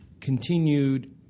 continued